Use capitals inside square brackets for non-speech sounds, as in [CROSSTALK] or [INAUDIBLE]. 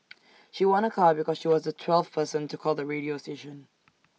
[NOISE] she won A car because she was the twelfth person to call the radio station